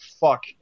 fuck